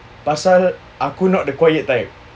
pasal aku not the quiet type